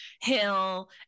hill